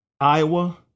Iowa